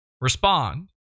respond